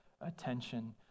attention